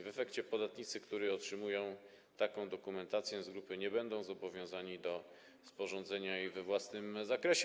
W efekcie podatnicy, którzy otrzymują taką dokumentację z grupy, nie będą zobowiązani do sporządzenia jej we własnym zakresie.